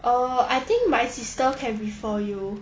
err I think my sister can refer you